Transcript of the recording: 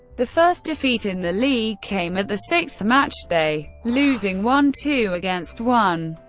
the first defeat in the league came at the sixth matchday, losing one two against one.